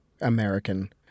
American